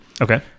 okay